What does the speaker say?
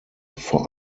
vor